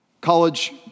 College